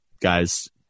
guys